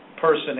person